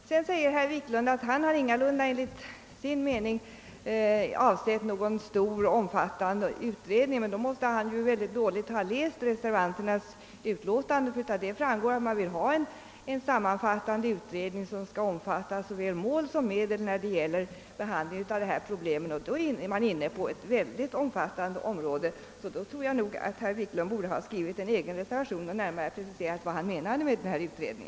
Herr Wiklund i Stockholm säger att han ingalunda har avsett någon stor och omfattande utredning. I så fall måste han ha läst reservationen mycket dåligt. Av den framgår att man vill ha en sammanfattande utredning som skall omfatta såväl mål som medel vad beträffar dessa problem, och i så fall är man inne på ett mycket omfattande område. Därför borde nog herr Wiklund ha skrivit en egen reservation och närmare preciserat vad han menar med sit krav på utredning.